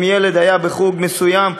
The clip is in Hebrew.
אם ילד היה בחוג מסוים,